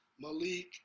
Malik